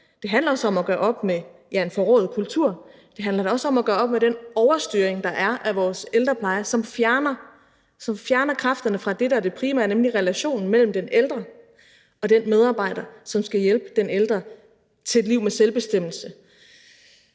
det handler da også om at gøre op med den overstyring, der er af vores ældrepleje, og som fjerner kræfterne fra det, der er det primære, nemlig relationen mellem den ældre og den medarbejder, som skal hjælpe den ældre til et liv med selvbestemmelse.